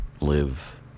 live